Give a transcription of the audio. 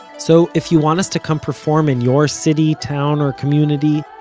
so if you want us to come perform in your city, town or community,